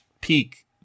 peak